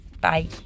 bye